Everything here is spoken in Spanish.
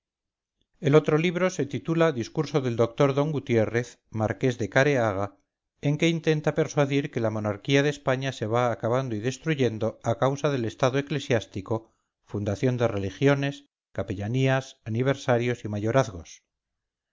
el otro libro se titula discurso del doctor d gutiérrez marqués de careaga en que intenta persuadir que la monarquía de españa se va acabando y destruyendo a causa del estado eclesiástico fundación de religiones capellanías aniversarios y mayorazgos